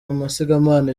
amasigamana